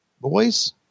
boys